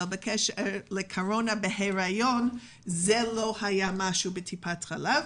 לגבי קורונה בהיריון - זה לא היה בטיפות חלב.